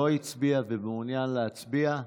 לא הצביע ומעוניין להצביע?